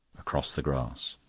across the grass.